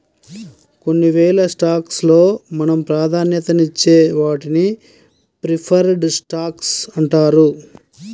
కొన్ని వేల స్టాక్స్ లో మనం ప్రాధాన్యతనిచ్చే వాటిని ప్రిఫర్డ్ స్టాక్స్ అంటారు